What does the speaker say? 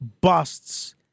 busts